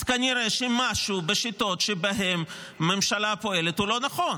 אז כנראה שמשהו בשיטות שבהן הממשלה פועלת הוא לא נכון.